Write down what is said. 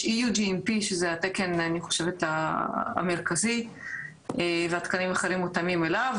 יש EUGMP שזה התקן המרכזי והתקנים האחרים מותאמים אליו,